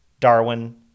Darwin